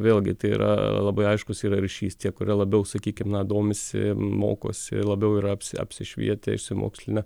vėlgi tai yra labai aiškus yra ryšys tie kurie labiau sakykim na domisi mokosi labiau ir apsi apsišvietę išsimokslinę